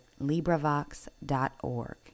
LibriVox.org